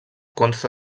consta